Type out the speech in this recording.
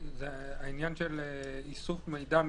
אז החוק לא יחול על ישראלים שגרים ביהודה ושומרון.